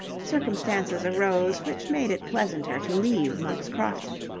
circumstances arose which made it pleasanter to leave monk's crofton.